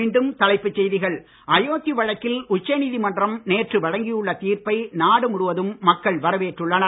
மீண்டும் தலைப்புச் செய்திகள் அயோத்தி வழக்கில் உச்சநீதிமன்றம் நேற்று வழங்கியுள்ள தீர்ப்பை நாடு முழுவதும் மக்கள் வரவேற்றுள்ளனர்